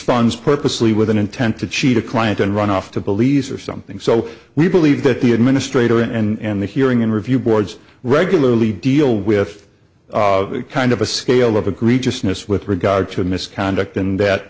funds purposely with an intent to cheat a client and run off the police or something so we believe that the administrator and the hearing and review boards regularly deal with kind of a scale of agree just in us with regard to misconduct and that